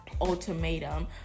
ultimatum